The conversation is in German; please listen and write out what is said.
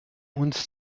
uns